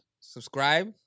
Subscribe